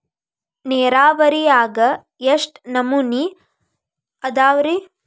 ನೇರಾವರಿಯಾಗ ಎಷ್ಟ ನಮೂನಿ ಅದಾವ್ರೇ?